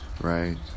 Right